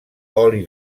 oli